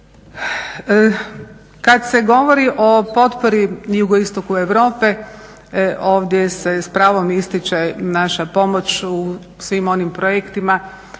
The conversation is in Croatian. Kad se govori o potpori JI Europe, ovdje se s pravom ističe naša pomoć u svim onim projektima